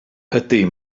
ydy